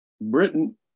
Britain